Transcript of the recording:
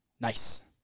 Nice